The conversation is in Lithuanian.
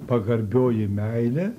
pagarbioji meilė